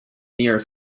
near